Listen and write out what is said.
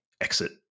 exit